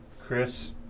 Chris